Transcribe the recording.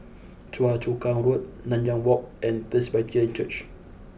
Choa Chu Kang Road Nanyang Walk and Presbyterian Church